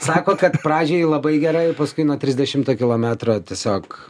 sako kad pradžioj labai gerai paskui nuo trisdešimto kilometro tiesiog